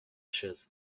chaises